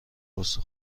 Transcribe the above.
غصه